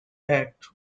act